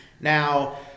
Now